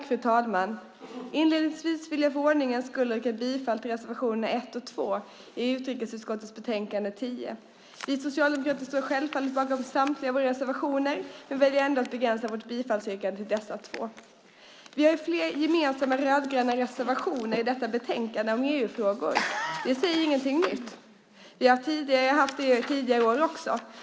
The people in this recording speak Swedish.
Fru talman! Inledningsvis vill jag för ordningens skull yrka bifall till reservationerna 1 och 2 i utrikesutskottets betänkande 10. Vi socialdemokrater står självfallet bakom samtliga våra reservationer men väljer ändå att begränsa vårt bifallsyrkande till dessa två. Vi har flera gemensamma rödgröna reservationer i detta betänkande om EU-frågor. Det är i sig inget nytt. Det har vi haft tidigare år också.